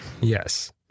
Yes